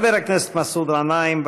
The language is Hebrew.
חבר הכנסת מסעוד גנאים,